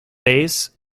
base